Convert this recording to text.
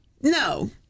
No